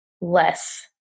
less